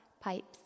pipes